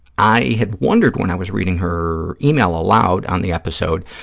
i had wondered, when i was reading her yeah e-mail aloud on the episode,